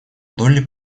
долли